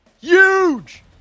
huge